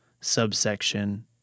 subsection